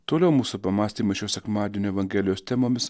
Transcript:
toliau mūsų pamąstymai šio sekmadienio evangelijos temomis